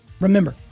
remember